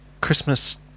Christmas